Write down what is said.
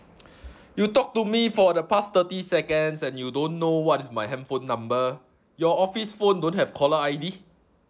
you talked to me for the past thirty seconds and you don't know what is my handphone number your office phone don't have caller I_D